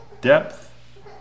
depth